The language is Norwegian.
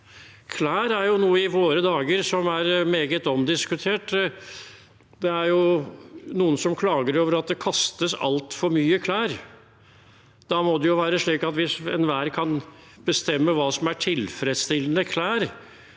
Klær er jo noe som i våre dager er meget omdiskutert. Det er noen som klager over at det kastes altfor mye klær. Da må det jo være slik at hvis enhver kan bestemme hva som er tilfredsstillende klær,